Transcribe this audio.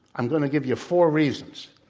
i'm going to give you four reasons.